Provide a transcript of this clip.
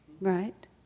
right